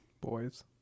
Boys